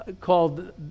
called